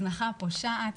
הזנחה פושעת,